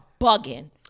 bugging